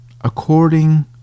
According